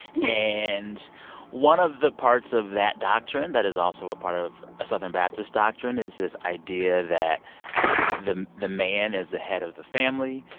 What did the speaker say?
yeah and one of the parts of that doctrine that is also a part of a southern baptist doctrine is this idea that the the man is the head of the family,